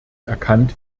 erkannt